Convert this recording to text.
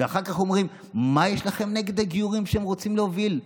ואחר כך אומרים: מה יש לכם נגד הגיורים שהם רוצים להוביל?